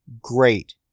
Great